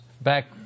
Back